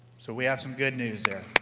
so we have some good news there.